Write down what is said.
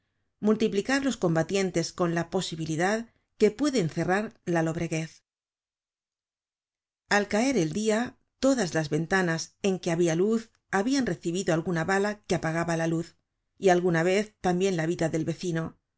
multiplicar los combatientes con la posibilidad que puede encerrar la lobreguez al caer el dia todas las ventanas en que habia luz habian recibido alguna bala que apagaba la luz y alguna vez tambien la vida del vecino